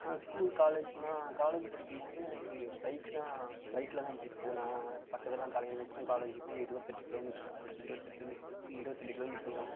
school காலேஜ்லாம் college படிக்கும்போது எனக்கு பைக் தான் பைக்கில்தான் போயிருக்கேன் நான் பக்கத்தில் தான் காலே எனக்கும் காலேஜுக்கும் ஒரு இருபத்தெட்டு கிலோ மீட்டர் காலேஜ் இருபத்தெட்டு முப்பத்தி இருபத்தெட்டு கிலோ மீட்டர் வரும்